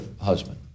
husband